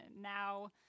Now